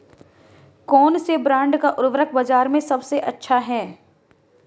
कौनसे ब्रांड का उर्वरक बाज़ार में सबसे अच्छा हैं?